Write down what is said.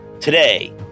Today